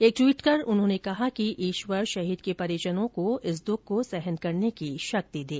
एक ट्वीट कर उन्होंने कहा कि ईश्वर शहीद के परिजनों को इस दुःख को सहन करने की शक्ति दें